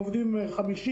עובדים 50,